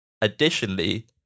additionally